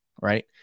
right